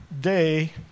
day